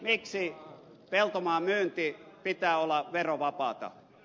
miksi peltomaan myynnin pitää olla verovapaata